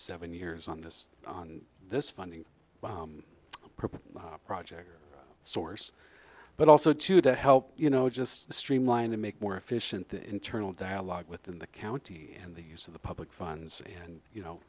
seven years on this on this funding project source but also to to help you know just streamline to make more efficient the internal dialogue within the county and the use of the public funds and you know